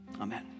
Amen